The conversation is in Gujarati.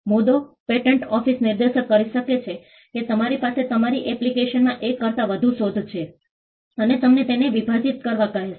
મુદ્દો પેટન્ટ ઓફિસ નિર્દેશ કરી શકે છે કે તમારી પાસે તમારી એપ્લિકેશનમાં એક કરતા વધુ શોધ છે અને તમને તેને વિભાજીત કરવા કહેશે